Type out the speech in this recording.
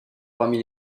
parmi